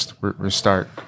restart